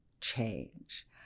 change